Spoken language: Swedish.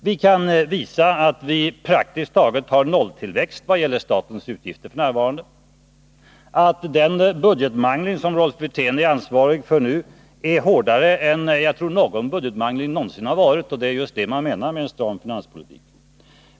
Vi kan också visa att vi praktiskt taget har nolltillväxt vad gäller statens utgifter f.n., att den budgetmangling som Rolf Wirtén nu är ansvarig för är hårdare än någon budgetmangling troligen någonsin har varit — och det är just det man menar med en stram finanspolitik.